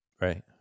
right